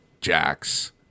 Jax